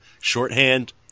Shorthand